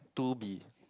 two B